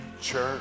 Church